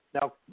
Now